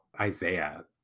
Isaiah